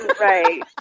Right